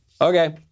Okay